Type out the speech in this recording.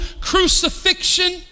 crucifixion